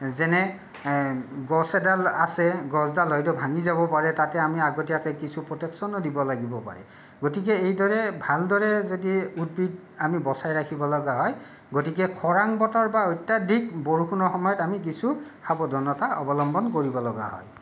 যেনে গছ এডাল আছে গছডাল হয়তো ভাঙি যাব পাৰে তাতে আমি আগতীয়াকে কিছু প্ৰটেকশ্যনো দিব লাগিব পাৰে গতিকে এইদৰে ভালদৰে যদি উদ্ভিদ আমি বচাই ৰাখিব লগা হয় গতিকে খৰাং বতৰ বা অত্যাধিক বৰষুণৰ সময়ত আমি কিছু সাৱধানতা অৱলম্বন কৰিব লগা হয়